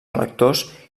electors